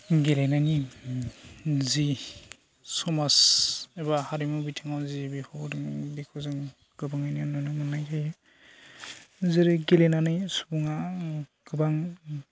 गेलेनायनि जि समाज एबा हारिमु बिथिङाव जि बेखौ जों बेखौ जों गोबाङै नुनो मोननाय जायो जेरै गेलेनानै सुबुङा गोबां